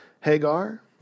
Hagar